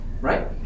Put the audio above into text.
right